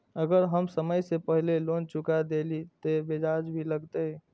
अगर हम समय से पहले लोन चुका देलीय ते ब्याज भी लगते?